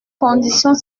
conditions